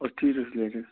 أتھۍ teachers related